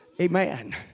Amen